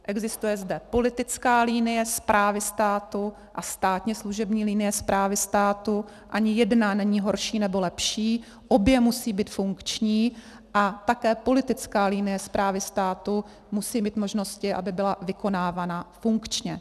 Existuje zde politická linie správy státu a státně služební linie správy státu, ani jedna není horší nebo lepší, obě musí být funkční a také politická linie správy státu musí mít možnosti, aby byla vykonávána funkčně.